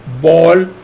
ball